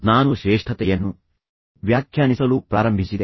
ನಾನು ಶ್ರೇಷ್ಠತೆಯನ್ನು ವ್ಯಾಖ್ಯಾನಿಸಲು ಪ್ರಾರಂಭಿಸಿದೆ